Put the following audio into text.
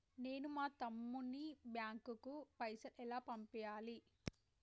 నేను మా తమ్ముని బ్యాంకుకు పైసలు ఎలా పంపియ్యాలి?